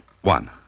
one